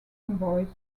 convoys